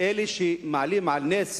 אלה שמעלים על נס